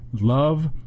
love